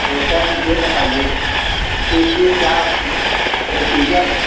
तो सर ये बताइए कि इसमें क्या प्रोसीजर है